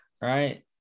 right